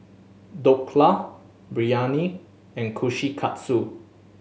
Dhokla Biryani and Kushikatsu